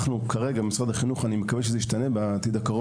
כרגע במשרד החינוך ואני מקווה שזה ישתנה בקרוב,